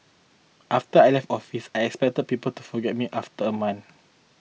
after I left office I expected people to forget me after a month